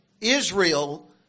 Israel